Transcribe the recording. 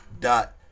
Dot